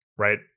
Right